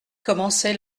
commençait